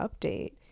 update